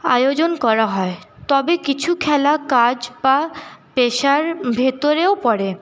আয়োজন করা হয় তবে কিছু খেলা কাজ বা পেশার ভেতরেও পড়ে